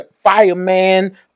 fireman